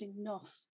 enough